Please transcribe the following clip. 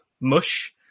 Mush